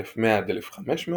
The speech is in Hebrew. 1100-1500,